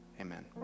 Amen